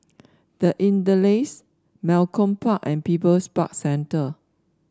The Interlace Malcolm Park and People's Park Centre